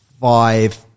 five